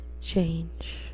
change